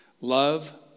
Love